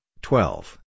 twelve